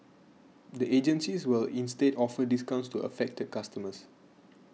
the agencies will instead offer discounts to affected customers